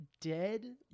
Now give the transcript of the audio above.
dead